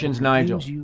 Nigel